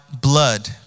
blood